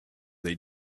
they